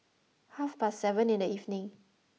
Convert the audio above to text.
half past seven in the evening